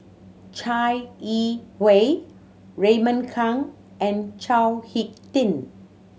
Chai Yee Wei Raymond Kang and Chao Hick Tin